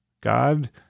God